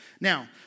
Now